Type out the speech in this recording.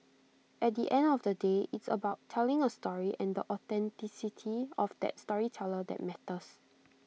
at the end of the day it's about telling A story and the authenticity of that storyteller that matters